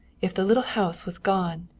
if the little house was gone!